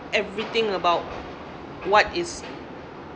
everything about what is